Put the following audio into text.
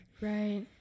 Right